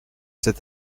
cet